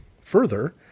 Further